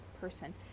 person